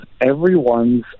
everyone's